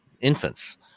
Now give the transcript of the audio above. infants